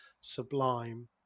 Sublime